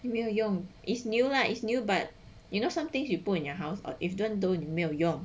有没有用 is new lah is new but you know some things you put in your house or even though 你没有用